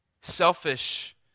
selfish